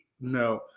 No